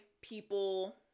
people